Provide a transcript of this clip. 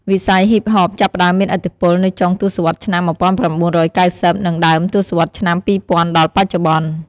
វិស័យហ៊ីបហប ចាប់ផ្តើមមានឥទ្ធិពល នៅចុងទសវត្សរ៍ឆ្នាំ ១៩៩០ និងដើមទសវត្សរ៍ឆ្នាំ២០០០ដល់បច្ចុប្បន្ន។